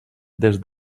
des